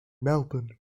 melbourne